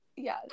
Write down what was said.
Yes